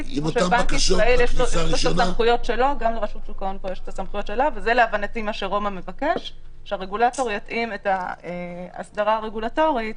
יש סמכות די רחבה להבהיר איך מפעילים את ההוראות האלה